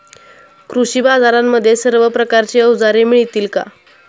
कृषी बाजारांमध्ये सर्व प्रकारची अवजारे मिळतील का?